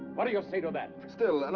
what do you say to that? still, and